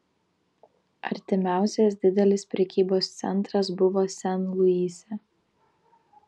artimiausias didelis prekybos centras buvo sen luise